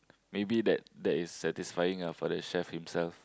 maybe that that is satisfying ah for the chef himself